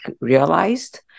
realized